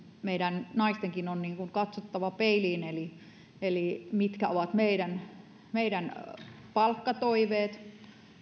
meidän naistenkin on siinä kohtaa katsottava peiliin mitkä ovat meidän meidän palkkatoiveemme